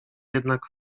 jednak